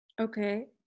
Okay